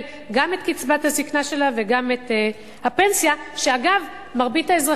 גם את קצבת הזיקנה שלה וגם את הפנסיה,